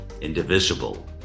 Indivisible